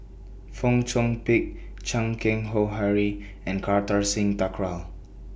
Fong Chong Pik Chan Keng Howe Harry and Kartar Singh Thakral